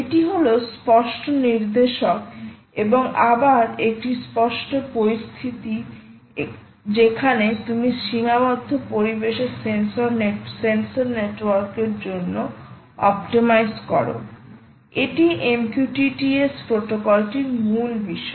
এটি হল স্পষ্ট নির্দেশক এবং আবার একটি স্পষ্ট পরিস্থিতি যেখানে তুমি সীমাবদ্ধ পরিবেশে সেন্সর নেটওয়ার্কের জন্য অপ্টিমাইজ করো এটি MQTT S প্রোটোকলটির মূল বিষয়